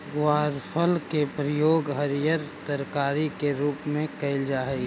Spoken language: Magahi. ग्वारफल के प्रयोग हरियर तरकारी के रूप में कयल जा हई